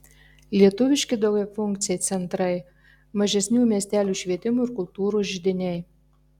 lietuviški daugiafunkciai centrai mažesnių miestelių švietimo ir kultūros židiniai